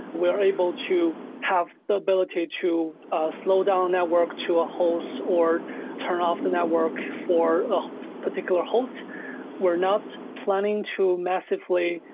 we're able to have the ability to ah slow down network to a host, or turn off the network for a particular host we're not planning to massively,